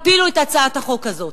הפילו את הצעת החוק הזאת.